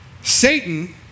Satan